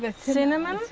but cinnamon,